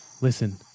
listen